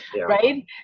right